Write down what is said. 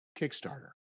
Kickstarter